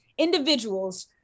individuals